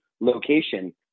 location